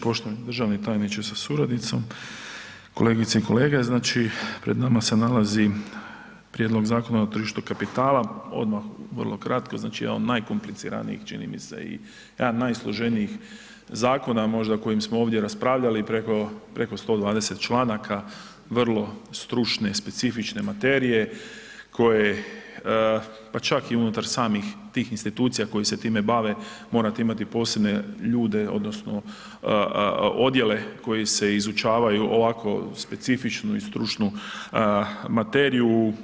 Poštovani državni tajniče sa suradnicom, kolegice i kolege, znači pred nama se nalazi Prijedlog Zakona o tržištu kapitala odmah vrlo kratko, znači jedan od najkompliciranijih čini mi se jedan od najsloženijih zakona možda o kojem smo ovdje raspravljali i preko 120 članaka vrlo stručne i specifične materije koje, pa čak i unutar samih tih institucija koji se time bave morate imati posebne ljude odnosno odjele koji se izučavaju ovako specifičnu i stručnu materiju.